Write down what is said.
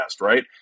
right